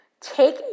Take